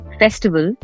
festival